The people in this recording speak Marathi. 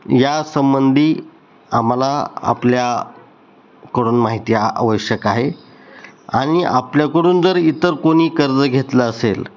या संबंंधी आम्हाला आपल्याकडून माहिती आवश्यक आहे आणि आपल्याकडून जर इतर कोणी कर्ज घेतलं असेल